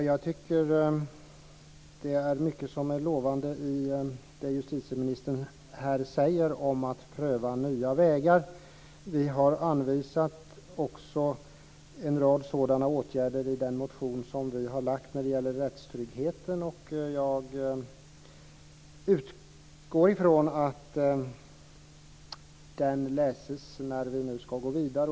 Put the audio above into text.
Fru talman! Jag tycker att mycket av det som justitieministern här säger om att pröva nya vägar är lovande. Vi har anvisat en rad förslag till sådana åtgärder i den motion som vi har väckt när det gäller rättstryggheten, och jag utgår från att den läses när vi nu ska gå vidare.